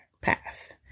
path